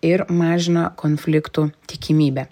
ir mažina konfliktų tikimybę